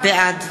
בעד